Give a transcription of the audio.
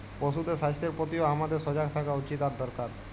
পশুদের স্বাস্থ্যের প্রতিও হামাদের সজাগ থাকা উচিত আর দরকার